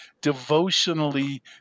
devotionally